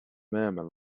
murmur